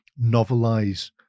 novelize